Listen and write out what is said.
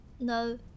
No